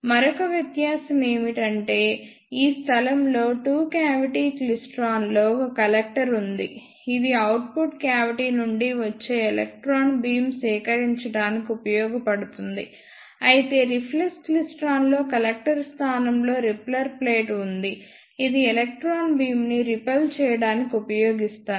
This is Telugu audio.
మరొక వ్యత్యాసం ఏమిటంటే ఈ స్థలంలో టూ క్యావిటీ క్లైస్ట్రాన్లో ఒక కలెక్టర్ ఉంది ఇది అవుట్పుట్ క్యావిటీ నుండి వచ్చే ఎలక్ట్రాన్ బీమ్ సేకరించడానికి ఉపయోగించబడుతుంది అయితే రిఫ్లెక్స్ క్లైస్ట్రాన్లో కలెక్టర్ స్థానంలో రిపెల్లర్ ప్లేట్ ఉంది ఇది ఎలక్ట్రాన్ బీమ్ ని రిపెల్ చేయడానికి ఉపయోగిస్తారు